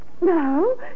No